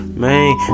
man